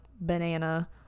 banana